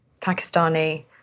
Pakistani